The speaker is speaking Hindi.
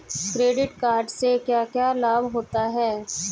क्रेडिट कार्ड से क्या क्या लाभ होता है?